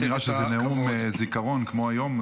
לא נראה שזה נאום זיכרון כמו היום המיוחד הזה.